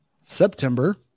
September